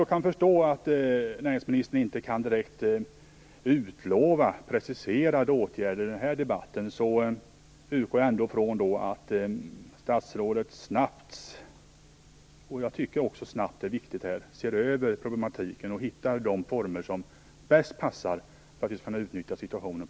Jag förstår att näringsminstern inte direkt kan utlova preciserade åtgärder i den här debatten. Men jag utgår från att statsrådet snabbt - och jag tycker att snabbheten är viktig - ser över problematiken och hittar de former som bäst passar i den här situationen.